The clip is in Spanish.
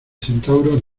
centauros